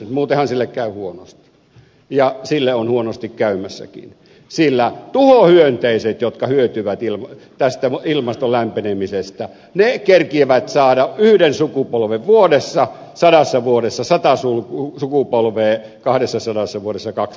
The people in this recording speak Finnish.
muutenhan sille käy huonosti ja sille on huonosti käymässäkin sillä tuhohyönteiset jotka hyötyvät tästä ilmaston lämpenemisestä kerkiävät saada yhden sukupolven vuodessa sadassa vuodessa sata sukupolvea kahdessasadassa vuodessa kaksisataa sukupolvea